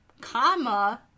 comma